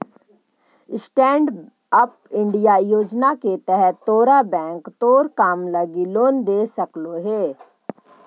stand up India योजना के तहत तोरा बैंक तोर काम लागी लोन दे सकलो हे